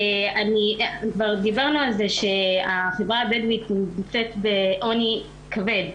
כבר דיברנו על כך שהחברה הבדואית נמצאת בעוני כבד,